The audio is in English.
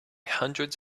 hundreds